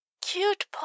cute